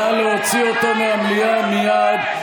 נא להוציא אותו מהמליאה מייד.